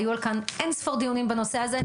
היו כאן אין ספור דיונים בנושא הזה.